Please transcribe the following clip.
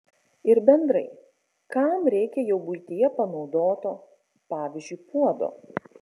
ir bendrai kam reikia jau buityje panaudoto pavyzdžiui puodo